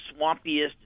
swampiest